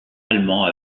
allemands